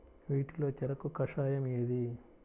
వీటిలో చెరకు కషాయం ఏది?